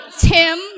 Tim